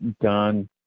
done